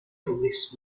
published